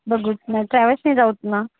बघूत् म त्या वेळेसनि जाऊत ना